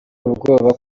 ubwoba